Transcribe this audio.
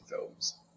films